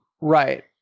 Right